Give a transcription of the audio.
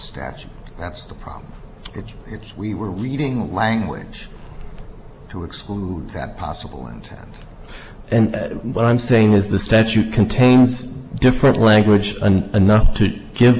statute that's the problem which is we were reading language to exclude that possible and and what i'm saying is the statute contains different language and enough to give